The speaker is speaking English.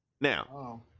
Now